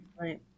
Right